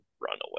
runaway